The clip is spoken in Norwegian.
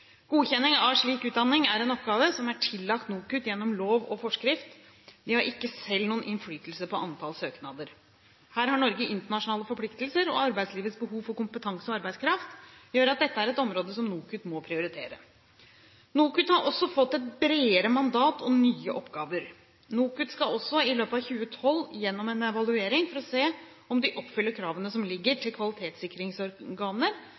Godkjenning av slik utdanning er en oppgave som er tillagt NOKUT gjennom lov og forskrift. De har ikke selv noen innflytelse på antallet søknader. Her har Norge internasjonale forpliktelser, og arbeidslivets behov for kompetanse og arbeidskraft gjør at dette er et område som NOKUT må prioritere. NOKUT har fått et bredere mandat og nye oppgaver. NOKUT skal også i løpet av 2012 gjennom en evaluering for å se om de oppfyller kravene som ligger